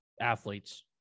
athletes